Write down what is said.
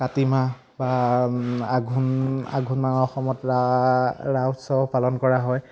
কাতিমাহ বা আঘোণ আঘোণ মাহত অসমত ৰাস উৎসৱ পালন কৰা হয়